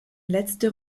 letzte